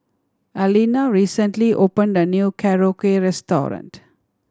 Allena recently opened a new Korokke Restaurant